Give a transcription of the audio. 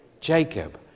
Jacob